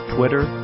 Twitter